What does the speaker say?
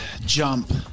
jump